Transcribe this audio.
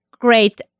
great